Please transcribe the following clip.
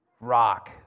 rock